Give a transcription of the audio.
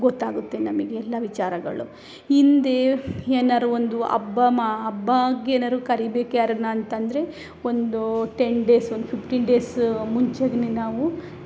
ಗೊತ್ತಾಗುತ್ತೆ ನಮಗೆ ಎಲ್ಲ ವಿಚಾರಗಳು ಹಿಂದೇ ಏನಾರು ಒಂದು ಹಬ್ಬ ಮಾ ಹಬ್ಬಾಕ್ಕೆನಾರು ಕರಿಬೇಕು ಯಾರನ್ನ ಅಂತಂದರೆ ಒಂದು ಟೆನ್ ಡೇಸ್ ಒಂದು ಫಿಫ್ಟೀನ್ ಡೇಸ್ ಮುಂಚೆಗೆ ನಾವು